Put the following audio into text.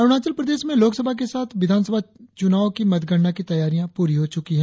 अरुणाचल प्रदेश मे लोकसभा के साथ विधानसभा चुनाव की मतगणना की तैयारियां पूरी हो चूकी हैं